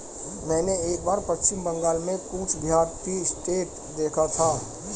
मैंने एक बार पश्चिम बंगाल में कूच बिहार टी एस्टेट देखा था